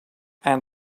and